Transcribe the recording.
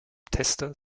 tester